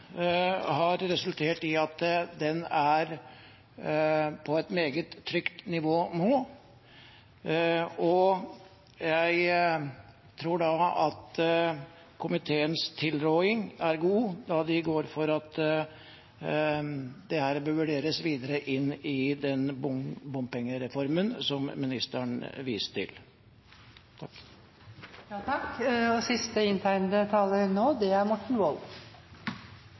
har resultert i at sikkerheten er på et meget trygt nivå nå. Jeg tror at komiteens tilrådning er god, da man går inn for at dette bør vurderes videre i bompengereformen som ministeren viste til. Jeg skal fatte meg i korthet. Min medrepresentant fra Buskerud Lise Christoffersen påpekte at brannbil i Oslofjordtunnelen var en av Buskerud Fremskrittspartis viktigste valgkampsaker. Det er